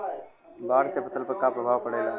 बाढ़ से फसल पर क्या प्रभाव पड़ेला?